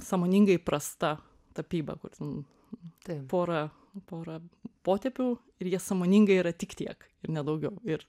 sąmoningai prasta tapyba kur ten pora pora potėpių ir jie sąmoningai yra tik tiek ir ne daugiau ir